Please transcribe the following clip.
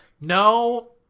no